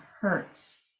hertz